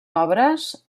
obres